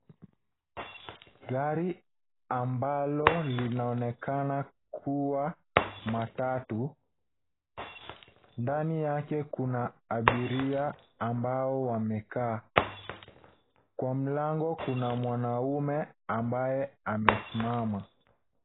Gari ambalo linaonekana kuwa matatu. Ndani yake kuna abiria ambao wamekaa. Kwa mlango kuna mwanaume ambaye amesimama.